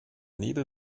nebel